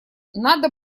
надо